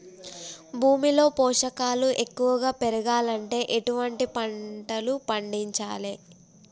భూమిలో పోషకాలు ఎక్కువగా పెరగాలంటే ఎటువంటి పంటలు పండించాలే?